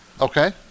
Okay